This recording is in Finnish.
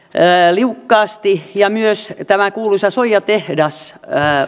liukkaasti ja myös tämä kuuluisa soijatehdas